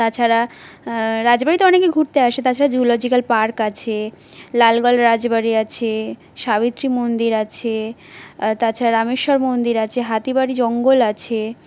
তাছাড়া রাজবাড়িতে অনেকে ঘুরতে আসে তাছাড়া জ্যুওলজিক্যাল পার্ক আছে লালগড় রাজবাড়ি আছে সাবিত্রী মন্দির আছে তাছাড়া রামেশ্বর মন্দির আছে হাতিবাড়ি জঙ্গল আছে